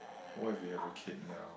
what if you have a kid now